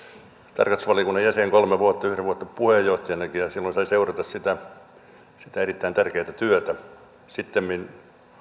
tarkastusvaliokunnan jäsen kolme vuotta yhden vuoden puheenjohtajanakin ja silloin sain seurata sitä erittäin tärkeätä työtä sittemmin